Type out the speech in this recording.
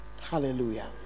Hallelujah